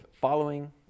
following